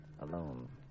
alone